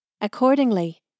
Accordingly